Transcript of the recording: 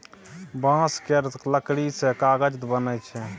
बांस केर लकड़ी सँ कागज बनइ छै